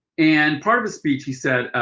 and part of the speech, he said,